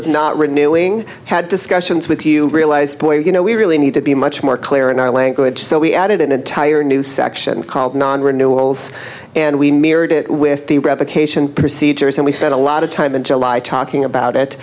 with not renewing had discussions with you realized boy you know we really need to be much more clear in our language so we added an entire new section called non renewals and we mirrored it with the replication procedures and we spent a lot of time in july talking about